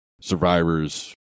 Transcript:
survivors